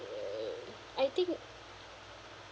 err I think